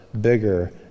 bigger